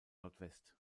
nordwest